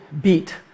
beat